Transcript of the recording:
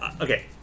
Okay